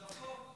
הדלפות.